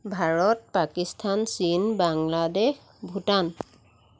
ভাৰত পাকিস্তান চীন বাংলাদেশ ভূটান